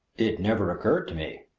it never occurred to me,